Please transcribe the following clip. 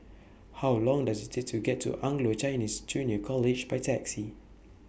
How Long Does IT Take to get to Anglo Chinese Junior College By Taxi